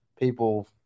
People